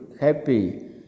happy